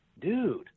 dude